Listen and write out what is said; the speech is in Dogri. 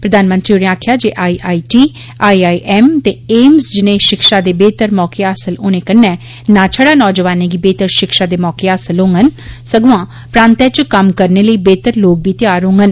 प्रधानमंत्री होरे आक्खेआ जे आईआईटी आईआईएम ते एम्स जनेह शिक्षा दे बेहतर मौके हासल होने कन्नै ना छड़ा नौजवानें गी बेहतर शिक्षा दे मौके हासल होंगन सगुआं प्रांतै च कम्म करने लेई बेहतर लोक बी तैआर होंगन